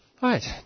Right